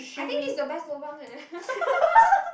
I think this is the best lobang eh